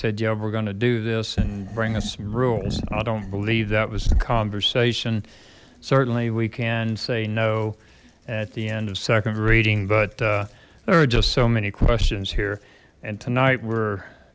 know we're going to do this and bring us some rules i don't believe that was the conversation certainly we can say no at the end of second reading but there are just so many questions here and tonight we're